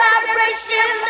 Vibration